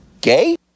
gay